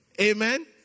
Amen